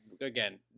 again